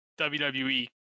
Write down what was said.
WWE